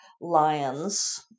lions